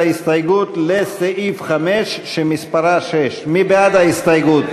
ההסתייגות לסעיף 5 שמספרה 6. מי בעד ההסתייגות?